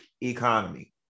economy